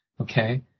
Okay